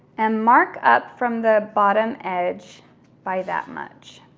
and mark up from the bottom edge by that much.